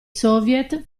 soviet